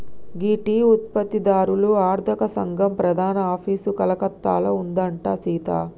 గీ tea ఉత్పత్తి దారుల అర్తక సంగం ప్రధాన ఆఫీసు కలకత్తాలో ఉందంట సీత